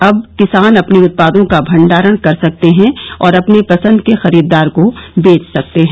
अब किसान अपने उत्पादों का भंडारण कर सकते हैं और अपने पसंद के खरीदार को बेच सकते हैं